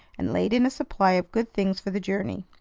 and laid in a supply of good things for the journey.